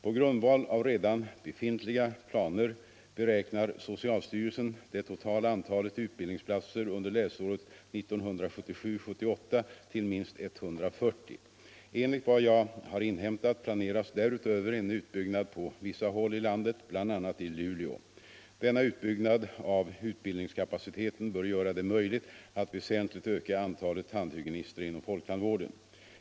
På grundval av redan befintliga planer beräknar socialstyrelsen det totala antalet utbildningsplatser under läsåret 1977/78 till minst 140. Enligt vad jag har inhämtat planeras därutöver en utbyggnad på vissa håll i landet, bl.a. i Luleå. Denna utbyggnad av utbildningskapaciteten bör göra det möjligt att väsentligt öka antalet tandhygienister inom folktandvården.